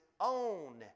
own